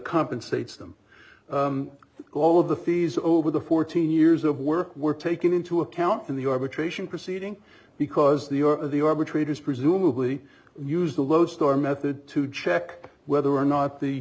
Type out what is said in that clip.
compensates them all of the fees over the fourteen years of work were taken into account in the arbitration proceeding because the or the arbitrators presumably used the lodestar method to check whether or not the